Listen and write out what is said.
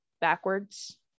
backwards